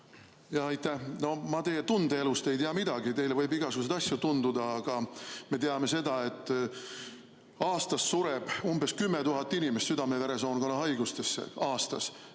Aitäh! Ma teie tundeelust ei tea midagi, teile võib igasuguseid asju tunduda. Aga me teame seda, et aastas sureb umbes 10 000 inimest südame-veresoonkonna haigustesse. Aastas!